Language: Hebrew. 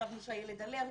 חשבנו שהילד אלרגי.